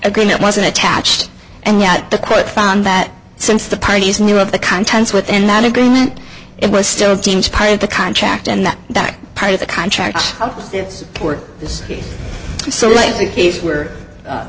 agreement wasn't attached and yet the court found that since the parties knew of the contents within that agreement it was still part of the contract and that that part of the contract is poor celebrities were